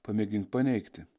pamėgink paneigti